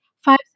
five